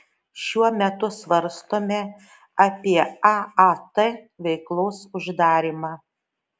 šiuo metu svarstome apie aat veiklos uždarymą